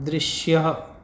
दृश्यः